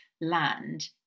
land